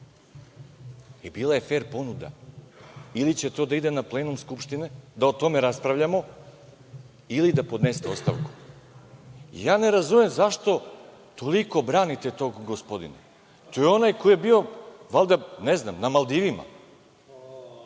Bila je fer ponuda – ili će to da ide na plenum Skupštine da o tome raspravljamo ili da podnesete ostavku. Ne razumem zašto toliko branite tog gospodina. To je onaj koji je bio valjda, ne znam, na Maldivima.